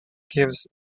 gives